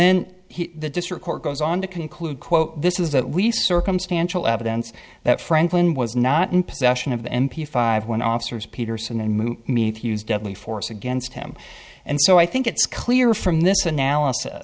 then the district court goes on to conclude quote this is that we circumstantial evidence that franklin was not in possession of the m p five when officers peterson and me use deadly force against him and so i think it's clear from this analysis